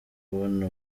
kubona